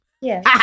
Yes